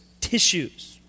tissues